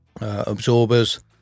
absorbers